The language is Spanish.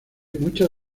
muchas